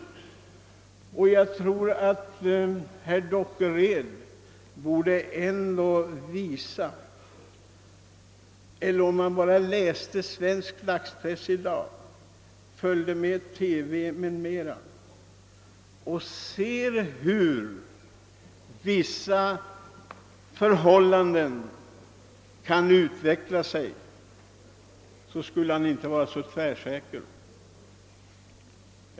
Om herr Dockered bara läste svensk dagspress i dag och följde med TV m.m. och såg hur vissa förhållanden kan utveckla sig, skulle han inte vara så tvärsäker.